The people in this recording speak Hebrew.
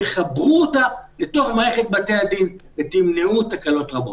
תחברו אותה לתוך מערכת בתי-הדין ותמנעו תקלות רבות.